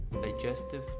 Digestive